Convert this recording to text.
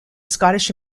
scottish